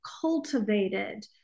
cultivated